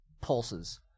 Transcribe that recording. pulses